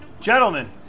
Gentlemen